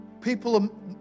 People